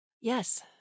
Yes